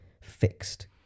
fixed